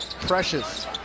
Precious